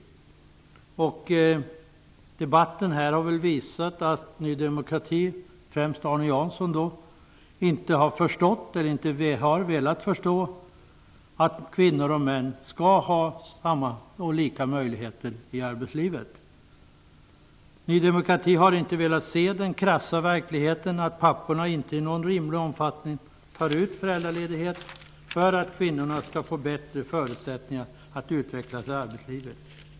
Debatten här har visat att Ny demokrati, främst Arne Jansson, inte har förstått eller inte har velat förstå att kvinnor och män skall ha lika möjligheter i arbetslivet. Ny demokrati har inte velat se den krassa verkligheten, som är att papporna inte i någon rimlig omfattning tar ut föräldraledighet för att kvinnorna skall få bättre förutsättningar att utvecklas i arbetslivet.